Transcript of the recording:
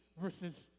versus